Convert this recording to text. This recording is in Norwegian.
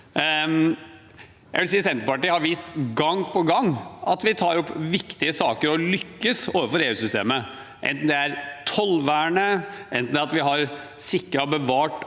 Senterpartiet gang på gang har vist at vi tar opp viktige saker og lykkes overfor EU-systemet, enten det er tollvernet, at vi har sikret og bevart